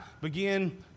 begin